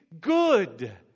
good